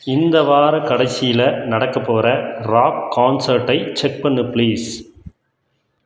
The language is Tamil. இந்த வாரக் கடைசியில் நடக்க போகிற ராக் கான்சர்ட்டை செக் பண்ணு பிளீஸ்